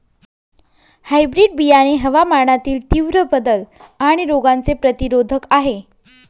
hybrid बियाणे हवामानातील तीव्र बदल आणि रोगांचे प्रतिरोधक आहे